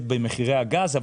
במחירי הגז,